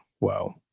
Wow